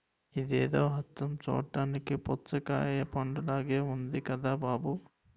ఇదేదో అచ్చం చూడ్డానికి పుచ్చకాయ పండులాగే ఉంది కదా బాబూ